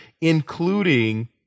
including